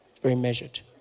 very measured